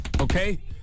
Okay